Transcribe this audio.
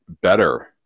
better